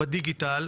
בדיגיטל,